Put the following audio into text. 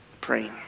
praying